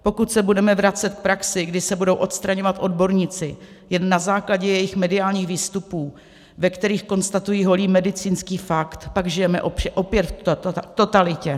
Pokud se budeme vracet k praxi, kdy se budou odstraňovat odborníci jen na základě jejich mediálních výstupů, ve kterých konstatují holý medicínský fakt, pak žijeme opět v totalitě.